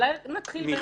אולי נתחיל במי שתומך.